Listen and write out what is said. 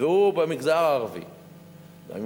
והוא במגזר הערבי,